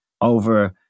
over